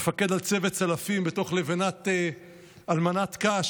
מפקד על צוות צלפים בתוך "אלמנת קש".